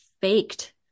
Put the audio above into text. faked